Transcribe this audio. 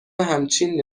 همچین